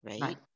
right